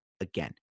again